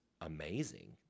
amazing